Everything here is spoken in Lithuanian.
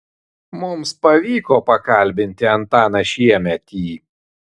mums pavyko pakalbinti antaną šiemetį